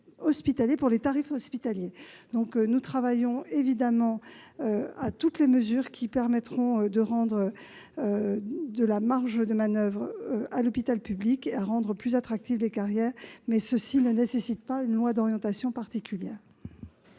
sur trois ans, des tarifs hospitaliers. Nous étudions évidemment toutes les mesures qui permettront de restaurer de la marge de manoeuvre à l'hôpital public et de rendre plus attractives les carrières, mais cela ne nécessite pas une loi d'orientation particulière.